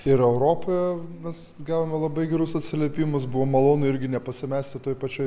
ir europa mes gavome labai gerus atsiliepimus buvo malonu irgi nepasimesti toj pačioj